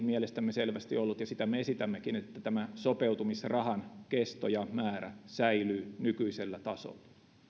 mielestämme selvästi ollut ja sitä me esitämmekin että sopeutumisrahan kesto ja määrä säilyvät nykyisellä tasolla